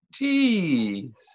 Jeez